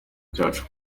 cyacu